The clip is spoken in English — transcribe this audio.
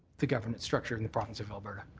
the government structure in the province of alberta?